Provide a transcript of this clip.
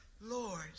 Lord